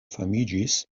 famiĝis